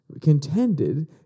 contended